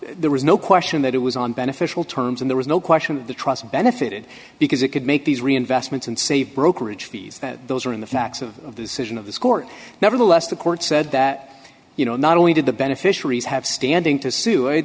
there was no question that it was on beneficial terms and there was no question of the trust benefited because it could make these reinvestments and save brokerage fees that those are in the facts of decision of this court nevertheless the court said that you know not only did the beneficiaries have standing to sue it